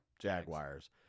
Jaguars